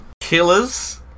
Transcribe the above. Killers